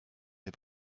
wir